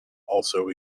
also